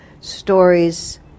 stories